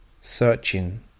searching